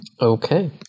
Okay